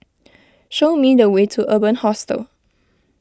show me the way to Urban Hostel